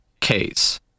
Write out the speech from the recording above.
case